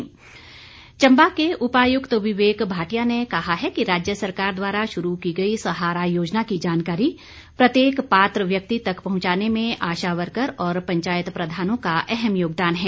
सहारा योजना चंबा के उपायुक्त विवेक भाटिया ने कहा है कि राज्य सरकार द्वारा शुरू की गई सहारा योजना की जानकारी प्रत्येक पात्र व्यक्ति तक पहंचाने में आशा वर्कर और पंचायत प्रधानों का अहम योगदान है